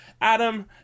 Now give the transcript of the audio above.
Adam